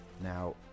now